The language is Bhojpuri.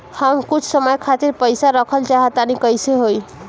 हम कुछ समय खातिर पईसा रखल चाह तानि कइसे होई?